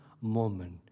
moment